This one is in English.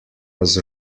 was